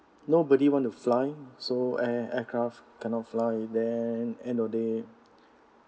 nobody want to fly so air aircraft cannot fly then end of day